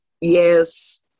yes